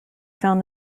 found